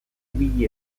ibili